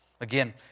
Again